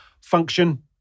function